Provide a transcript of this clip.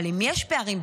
אבל אם יש פערים,